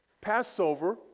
Passover